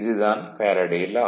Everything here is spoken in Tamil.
இது தான் ஃபேரடே லா